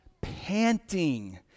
panting